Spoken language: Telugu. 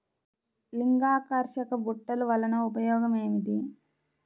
లింగాకర్షక బుట్టలు వలన ఉపయోగం ఏమిటి?